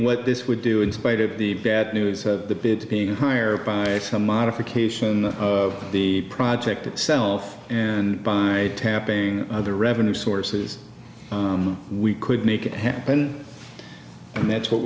what this would do in spite of the bad news the bid being higher by some modification of the project itself and by tapping other revenue sources we could make it happen and that's what